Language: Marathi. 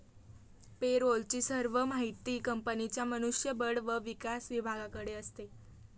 पे रोल ची सर्व माहिती कंपनीच्या मनुष्य बळ व विकास विभागाकडे असते